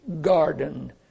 garden